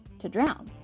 to drown.